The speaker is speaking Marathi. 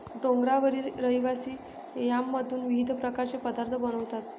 डोंगरावरील रहिवासी यामपासून विविध प्रकारचे पदार्थ बनवतात